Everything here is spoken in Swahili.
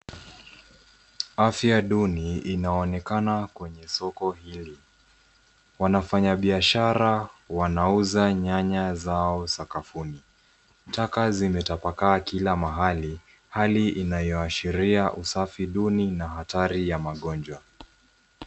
Afya duni, inaonekana kwenye soko hili. Wafanya biashara wanauza nyanya zao sakafuni. Taka zimetapakaa kila mahali, hali inayoashiria usafi duni na hatari ya magonjwa.